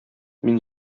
мин